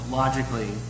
logically